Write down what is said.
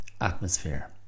atmosphere